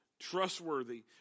trustworthy